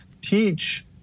teach